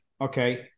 Okay